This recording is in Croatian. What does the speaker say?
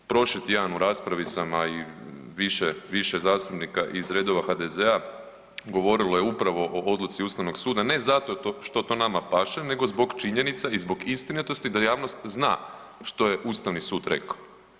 Prošli tjedan u raspravi sam a i više zastupnika iz redova HDZ-a govorilo je upravo o odluci Ustavnog suda ne zato što to nama paše, nego zbog činjenice i zbog istinitosti da javnost zna što je Ustavni sud rekao.